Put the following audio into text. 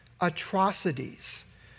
atrocities